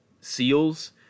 seals